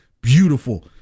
beautiful